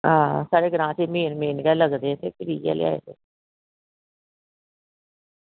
आं ते साढ़े ग्रांऽ चट मेन मेन गै लगदे ते